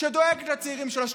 שדואגת לצעירים שלה,